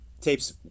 tapes